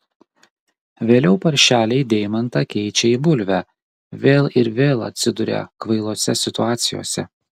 vėliau paršeliai deimantą keičia į bulvę vėl ir vėl atsiduria kvailose situacijose